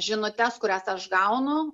žinutes kurias aš gaunu